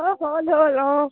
অঁ হ'ল হ'ল অঁ